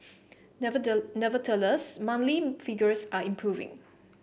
nevertheless monthly figures are improving